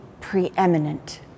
preeminent